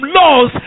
laws